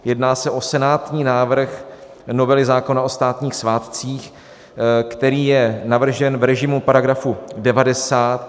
Jedná se o senátní návrh novely zákona o státních svátcích, který je navržen v režimu § 90.